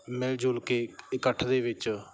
ਮਿਲ ਜੁਲ ਕੇ ਇਕੱਠ ਦੇ ਵਿੱਚ